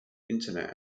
internet